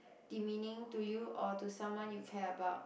demeaning to you or to someone you care about